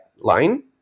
line